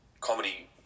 comedy